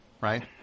right